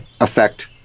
affect